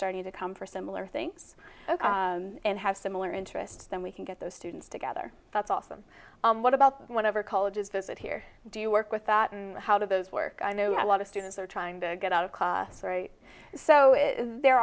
starting to come for similar things and have similar interests then we can get those students together that's awesome what about whatever colleges visit here do you work with that and how do those work i know a lot of students are trying to get out of the story so there